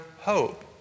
hope